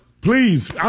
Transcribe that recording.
Please